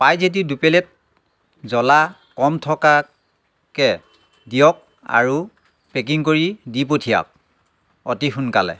পায় যদি দুপ্লেট জ্বলা কম থকাকৈ দিয়ক আৰু পেকিং কৰি দি পঠিয়াওক অতি সোনকালে